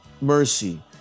mercy